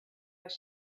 was